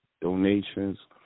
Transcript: donations